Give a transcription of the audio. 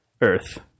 Earth